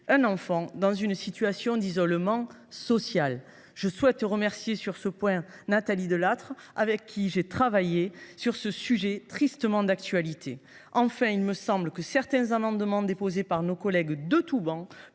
d’un enfant dans une situation d’isolement social. Je souhaite remercier sur ce point Nathalie Delattre avec qui j’ai travaillé sur ce sujet tristement d’actualité. Enfin, il me semble que certains amendements déposés par nos collègues de toutes